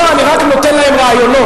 לא, אני רק נותן להם רעיונות.